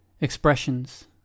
Expressions